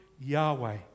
Yahweh